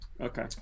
Okay